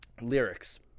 lyrics